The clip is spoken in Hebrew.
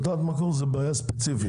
תעודות מקור זו בעיה ספציפית.